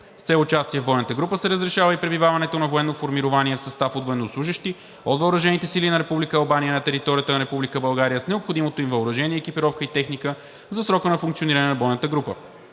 С цел участие в бойната група се разрешава и пребиваването на военно формирование в състав от военнослужещи от въоръжените сили на Република Албания на територията на Република България с необходимото им въоръжение, екипировка и техника, за срока на функциониране на бойната група.